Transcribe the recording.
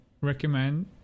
recommend